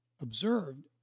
observed